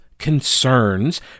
concerns